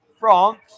France